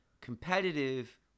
competitive